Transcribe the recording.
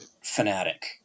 fanatic